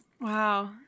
Wow